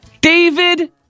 David